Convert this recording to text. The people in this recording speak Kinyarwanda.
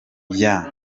yeah